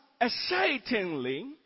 excitingly